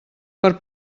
per